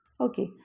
Okay